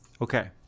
Okay